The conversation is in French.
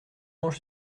mange